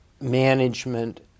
management